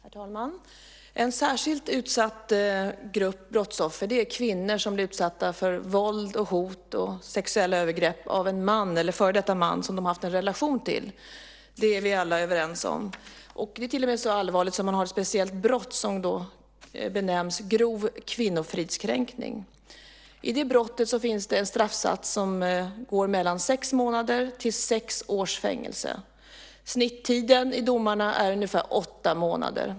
Herr talman! En särskilt utsatt grupp brottsoffer är kvinnor som blir utsatta för våld, hot och sexuella övergrepp av en man som de har eller har haft en relation till. Det är vi alla överens om. Detta är till och med så allvarligt att det finns ett speciellt brott som benämns grov kvinnofridskränkning. I det brottet går straffsatsen från sex månaders till sex års fängelse. Snittiden i domarna är ungefär åtta månader.